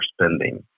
spending